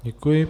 Děkuji.